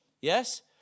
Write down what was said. Yes